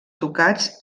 tocats